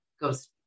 goes